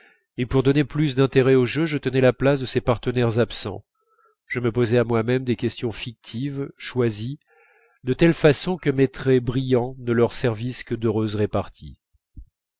et pour donner plus d'intérêt au jeu je tenais la place de ces partenaires absents je me posais à moi-même des questions fictives choisies de telle façon que mes traits brillants ne leur servissent que d'heureuse répartie